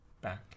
back